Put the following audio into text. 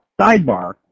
sidebar